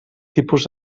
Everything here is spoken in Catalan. tipus